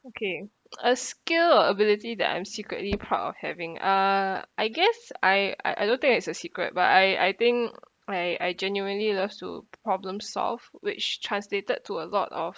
okay a skill or ability that I'm secretly proud of having uh I guess I I don't think it's a secret but I I think I I genuinely love to problem solve which translated to a lot of